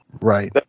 Right